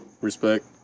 Respect